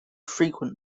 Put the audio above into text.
frequent